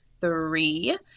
three